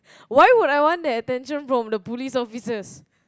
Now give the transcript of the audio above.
why would I want that attention from the police officers